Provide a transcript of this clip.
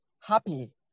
happy